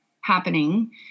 happening